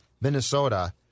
Minnesota